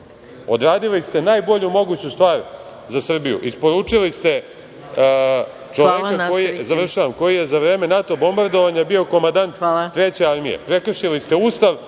Odradili ste najbolju moguću stvar za Srbiju, isporučili ste čoveka koji je za vreme NATO bombardovanja bio komandant Treće armije. Prekršili ste Ustav,